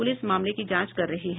police मामले की जांच कर रही है